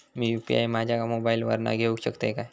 मी UPI माझ्या मोबाईलावर घेवक शकतय काय?